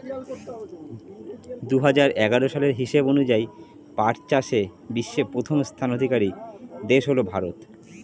দুহাজার এগারো সালের হিসাব অনুযায়ী পাট চাষে বিশ্বে প্রথম স্থানাধিকারী দেশ হল ভারত